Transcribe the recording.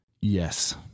Yes